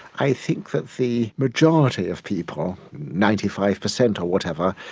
i think that the majority of people, ninety five percent or whatever,